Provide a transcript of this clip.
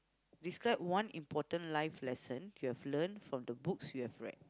describe one important life lesson you've learnt from the books that you have read